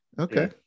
Okay